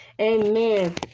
Amen